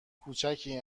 کوچکی